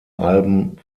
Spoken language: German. alben